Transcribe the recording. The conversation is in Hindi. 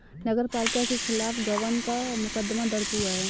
नगर पालिका के खिलाफ गबन का मुकदमा दर्ज हुआ है